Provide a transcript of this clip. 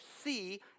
see